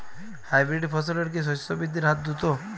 Hybrid ফসলের কি শস্য বৃদ্ধির হার দ্রুত?